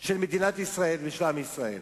של מדינת ישראל ושל עם ישראל.